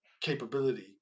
capability